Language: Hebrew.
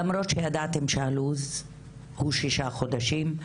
למרות שידעתם שהלו"ז הוא שישה חודשים,